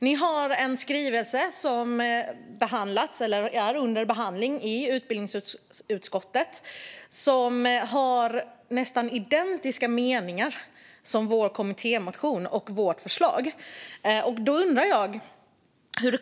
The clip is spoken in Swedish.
Ni har en skrivelse som är under behandling i utbildningsutskottet som har nästan identiska meningar som i vår kommittémotion och vårt förslag.